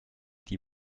die